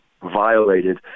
violated